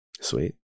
Sweet